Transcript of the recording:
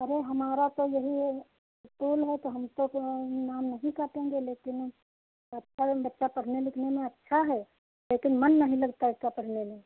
अरे हमारा तो यही है स्कूल है तो हम तो नाम नहीं काटेंगे लेकिन बच्चा पढ़ने लिखने में अच्छा है लेकिन मन नहीं लगता उसका पढ़ने में